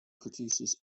produces